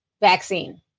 vaccine